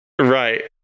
right